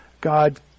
God